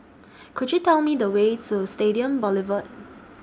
Could YOU Tell Me The Way to Stadium Boulevard